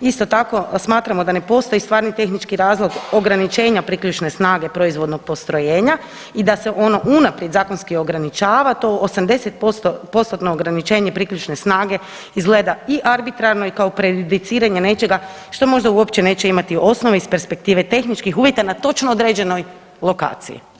isto tako, smatramo da ne postoji stvarni tehnički razlog ograničenja priključne snage proizvodnog postojenja i da se ono unaprijed zakonski ograničava, to 80%-tno ograničenje priključne snage izgleda i arbitrarno i kao prejudiciranje nečega što možda uopće neće imati osnov iz perspektive tehničkih uvjeta na točno određenoj lokaciji.